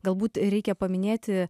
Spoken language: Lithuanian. galbūt reikia paminėti